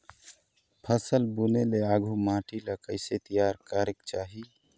फसल बुने ले आघु माटी ला कइसे तियार करेक चाही?